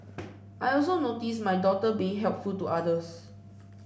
I also notice my daughter being helpful to others